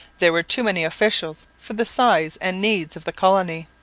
there were too many officials for the size and needs of the colony.